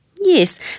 Yes